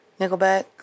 Nickelback